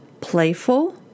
playful